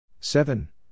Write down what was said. seven